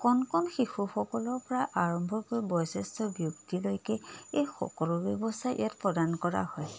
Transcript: কণ কণ শিশুসকলৰপৰা আৰম্ভকৈ বয়োজ্যেষ্ঠ ব্যক্তিলৈকে এই সকলো ব্যৱস্থাই ইয়াত প্ৰদান কৰা হয়